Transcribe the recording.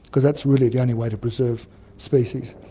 because that's really the only way to preserve species.